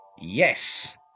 Yes